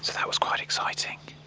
that was quite exciting.